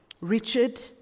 Richard